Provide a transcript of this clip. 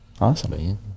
Awesome